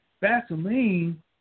Vaseline